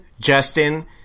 Justin